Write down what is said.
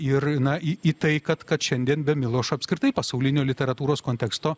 ir į tai kad kad šiandien be milošo apskritai pasaulinio literatūros konteksto